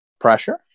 pressure